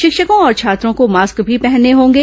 शिक्षकों और छात्रों को मास्क भी पहनने होंगे